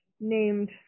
named